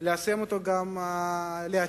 ליישם אותו גם לעתיד.